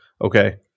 Okay